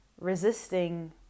resisting